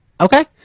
okay